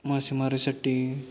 मासेमारीसाठी